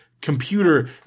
computer